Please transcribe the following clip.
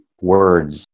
words